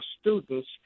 students